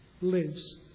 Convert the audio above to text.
lives